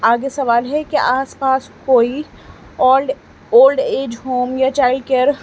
آگے سوال ہے کہ آس پاس کوئی اولڈ اولڈ ایج ہوم یا چائلڈ کیئر